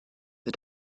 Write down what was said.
der